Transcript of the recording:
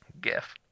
gif